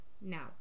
Now